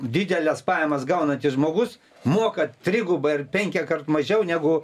dideles pajamas gaunantis žmogus moka trigubai ar penkiakart mažiau negu